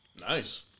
Nice